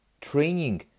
training